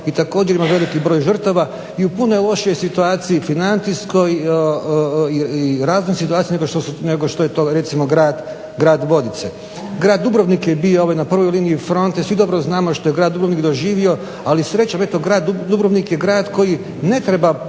i također ima veliki broj žrtava i u puno je lošijoj situaciji financijskoj i raznim situacijama nego što je to recimo grad Vodice. Grad Dubrovnik je bio na prvoj liniji fronte, svi znamo što je grad Dubrovnik doživio ali srećom grad Dubrovnik je grad koji ne treba